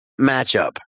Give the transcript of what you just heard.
matchup